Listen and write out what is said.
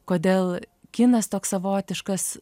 kodėl kinas toks savotiškas